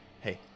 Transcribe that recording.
Hey